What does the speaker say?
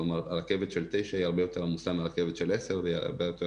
כלומר הרכבת של 21:00 הרבה יותר עמוסה מהרכבת של 22:00 ויותר